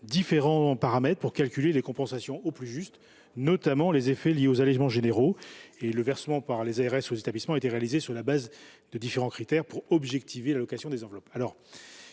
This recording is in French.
différents paramètres pour évaluer les compensations aussi précisément que possible, notamment les effets liés aux allégements généraux. Le versement par les ARS aux établissements a été réalisé sur la base de différents critères afin d’objectiver l’allocation des enveloppes.